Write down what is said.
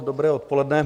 Dobré odpoledne.